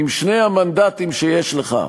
עם שני המנדטים שיש לך,